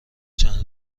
چند